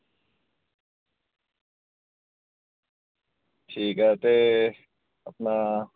ठीक ऐ ते